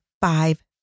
five